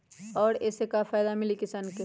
और ये से का फायदा मिली किसान के?